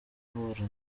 kuburanira